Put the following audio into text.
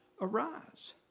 arise